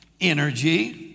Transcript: energy